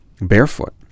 barefoot